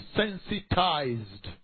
sensitized